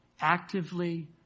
actively